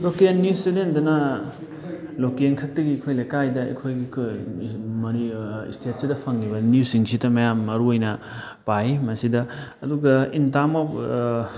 local news ꯆꯦꯅꯦꯜꯗꯅ local ꯈꯛꯇꯒꯤ ꯑꯩꯈꯣꯏ ꯂꯩꯀꯥꯏꯗ ꯑꯩꯈꯣꯏ ꯏꯁꯇꯦꯠꯁꯤꯗ ꯐꯪꯉꯤꯕ ꯃꯤꯁꯤꯡꯁꯤꯗ ꯃꯌꯥꯝ ꯃꯔꯨꯑꯣꯏꯅ ꯄꯥꯏ ꯃꯁꯤꯗ ꯑꯗꯨꯒ ꯏꯟ ꯇꯥꯝ ꯑꯣꯐ